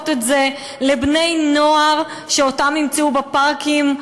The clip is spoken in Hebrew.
את זה לבני-נוער שהם ימצאו בפארקים,